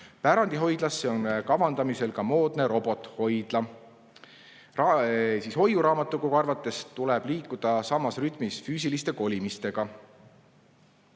Pärandihoidlasse kavandatakse ka moodne robothoidla. Hoiuraamatukogu arvates tuleb liikuda samas rütmis füüsilise kolimisega.